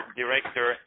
director